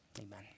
Amen